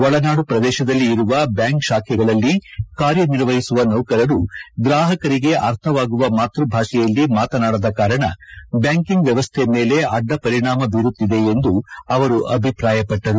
ಒಳನಾಡು ಪ್ರದೇಶದಲ್ಲಿ ಇರುವ ಬ್ಲಾಂಕ್ ಶಾಖೆಗಳಲ್ಲಿ ಕಾರ್ಯನಿರ್ವಹಿಸುವ ನೌಕರರು ಗ್ರಾಪಕರಿಗೆ ಅರ್ಥವಾಗುವ ಮಾತ್ಯಭಾಷೆಯಲ್ಲಿ ಮಾತನಾಡದ ಕಾರಣ ಬ್ಯಾಂಕಿಂಗ್ ವ್ಯವಸ್ಥೆ ಮೇಲೆ ಅಡ್ಡಪರಿಣಾಮ ಬೀರುತ್ತಿದೆ ಎಂದು ಅವರು ಅಭಿಪ್ರಾಯಪಟ್ಟರು